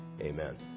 Amen